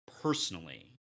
personally